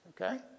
Okay